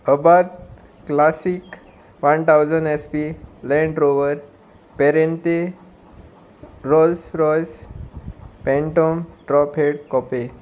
अबाद classic one thousand S P Land Rover पेरेनते Rolls Royce Phantom drophead कॉपे